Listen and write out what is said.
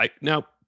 Now